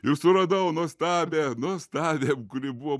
ir suradau nuostabią nuostabią kuri buvo